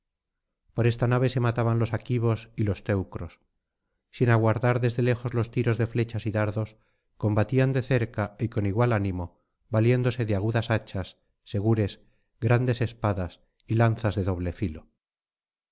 por esta nave se mataban los aquivos y los teucros sin aguardar desde lejos los tiros de flechas y dardos combatían de cerca y con igual ánimo valiéndose de agudas hachas segures grandes espadas y lanzas de doble filo